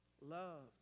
loved